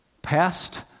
past